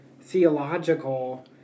theological